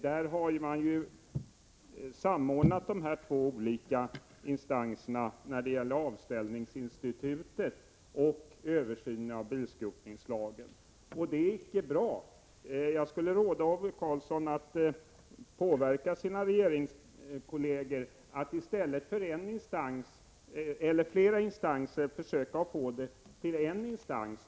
Där har man samordnat de två olika instanserna när det gäller avställningsinstitutet och översynen av bilskrotningslagen. Det är icke bra. Jag skulle vilja råda Ove Karlsson att påverka sina partikamrater i regeringen att i stället för flera instanser försöka få det hela koncentrerat till en instans.